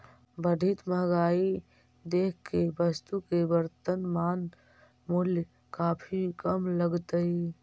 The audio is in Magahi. बढ़ित महंगाई देख के वस्तु के वर्तनमान मूल्य काफी कम लगतइ